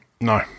No